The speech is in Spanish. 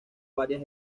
varias